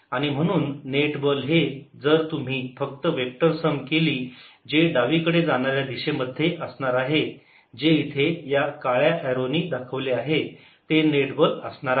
आणि म्हणून नेट बल हे जर तुम्ही फक्त वेक्टर सम केली जे डावीकडे जाणार्या दिशेमध्ये असणार आहे जे इथे या काळ्या एरो नी दाखवले आहे ते नेट बल असणार आहे